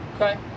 Okay